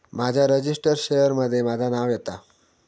माझ्या registered share मध्ये माझा नाव येता